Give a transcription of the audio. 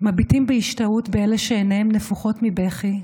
מביטים בהשתאות באלה שעיניהם נפוחות מבכי.